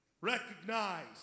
recognize